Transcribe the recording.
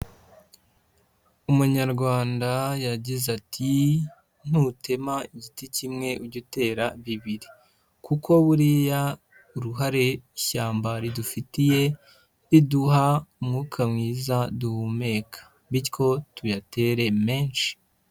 Umunyarwanda yagize ati"nutema igiti kimwe ujye utera bibiri", kuko buriya uruhare ishyamba ridufitiye riduha umwuka mwiza duhumeka bityo tuyatere menshi.